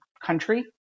country